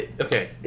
Okay